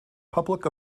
public